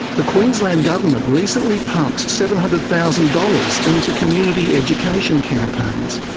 the queensland government recently pumped seven hundred thousand dollars into community education campaigns,